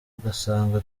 ugasanga